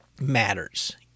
matters